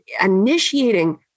initiating